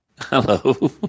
Hello